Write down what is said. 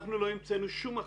אנחנו לא המצאנו שום מחלה.